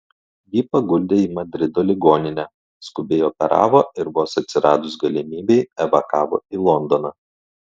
jį paguldė į madrido ligoninę skubiai operavo ir vos atsiradus galimybei evakavo į londoną